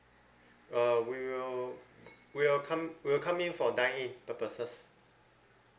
uh we will we'll come we'll come in for dine in purposes